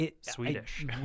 Swedish